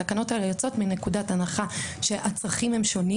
התקנות האלה יוצאות מנקודת הנחה שהצרכים הם שונים.